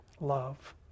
love